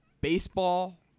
Baseball